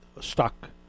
stuck